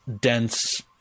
dense